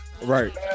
Right